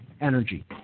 energy